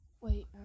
wait